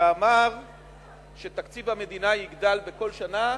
שאמר שתקציב המדינה יגדל בכל שנה